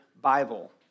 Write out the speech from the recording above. Bible